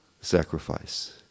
sacrifice